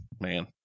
man